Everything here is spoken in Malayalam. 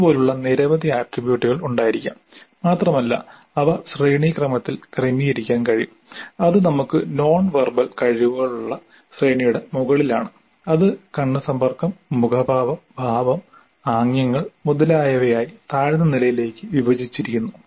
ഇതുപോലുള്ള നിരവധി ആട്രിബ്യൂട്ടുകൾ ഉണ്ടായിരിക്കാം മാത്രമല്ല അവ ശ്രേണിക്രമത്തിൽ ക്രമീകരിക്കാൻ കഴിയും അത് നമുക്ക് നോൺ വെർബൽ കഴിവുകളുള്ള ശ്രേണിയുടെ മുകളിലാണ് അത് കണ്ണ് സമ്പർക്കം മുഖഭാവം ഭാവം ആംഗ്യങ്ങൾ മുതലായവയായി താഴ്ന്ന നിലയിലേക്ക് വിഭജിച്ചിരിക്കുന്നു